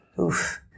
oof